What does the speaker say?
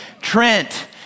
Trent